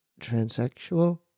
transsexual